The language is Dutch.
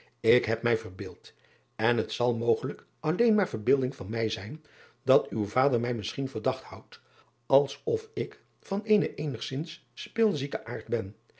k heb mij verbeeld en het zal mogelijk alleen maar verbeelding van mij zijn dat uw vader mij misschien verdacht houdt als of ik van eenen eenigzins spilzieken aard ben